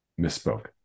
misspoke